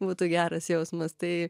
būtų geras jausmas tai